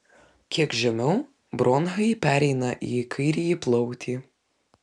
kiek žemiau bronchai pereina į kairįjį plautį